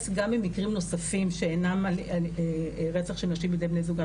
גם על מקרים נוספים שאינם רצח של נשים על-ידי בני זוגן,